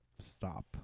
stop